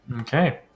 Okay